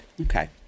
Okay